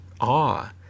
awe